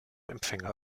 empfänger